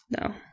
No